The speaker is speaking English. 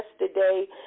yesterday